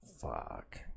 Fuck